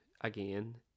again